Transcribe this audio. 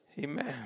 Amen